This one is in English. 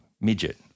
midget